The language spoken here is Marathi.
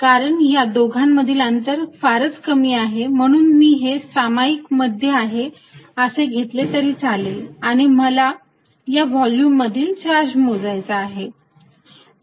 कारण या दोघांमधील अंतर फारच कमी आहे म्हणून मी हे सामायिक मध्य आहे असे घेतले तरी चालेल आणि मला या व्हॉल्युम मधील चार्ज मोजायचा आहे